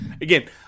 Again